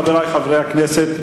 חברי חברי הכנסת,